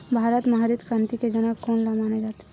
भारत मा हरित क्रांति के जनक कोन ला माने जाथे?